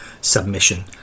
submission